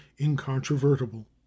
incontrovertible